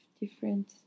different